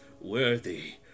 worthy